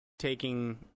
Taking